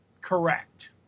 correct